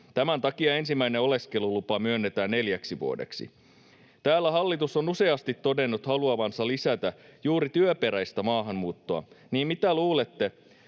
Tämän takia ensimmäinen oleskelulupa myönnetään neljäksi vuodeksi. Kun täällä hallitus on useasti todennut haluavansa lisätä juuri työperäistä maahanmuuttoa, niin mitä luulette,